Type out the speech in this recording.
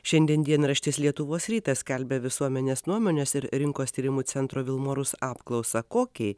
šiandien dienraštis lietuvos rytas skelbia visuomenės nuomonės ir rinkos tyrimų centro vilmorus apklausą kokiai